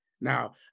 Now